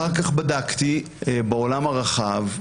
אחר כך בדקתי בעולם הרחב,